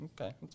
Okay